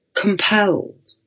compelled